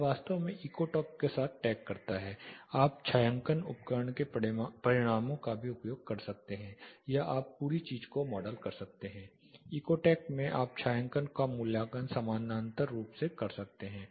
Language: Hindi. यह वास्तव में इकोटेक के साथ टैग करता है आप छायांकन उपकरण के परिणामों का भी उपयोग कर सकते हैं या आप पूरी चीज़ को मॉडल कर सकते हैं इकोटेक में आप छायांकन का मूल्यांकन समानांतर रूप से कर सकते हैं